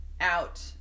out